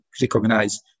recognize